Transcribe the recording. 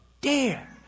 dare